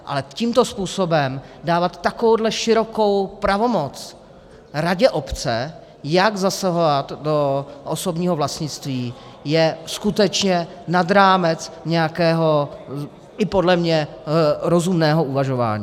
Ale tímto způsobem dávat takovouhle širokou pravomoc radě obce, jak zasahovat do osobního vlastnictví, je skutečně nad rámec nějakého i podle mě rozumného uvažování.